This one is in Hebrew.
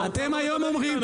אתם היום אומרים,